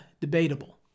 Debatable